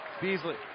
Beasley